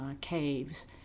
caves